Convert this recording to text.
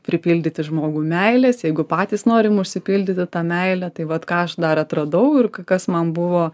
pripildyti žmogų meilės jeigu patys norim užsipildyti ta meile tai vat ką aš dar atradau ir kas man buvo